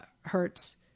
hurts